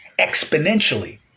exponentially